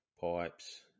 Pipes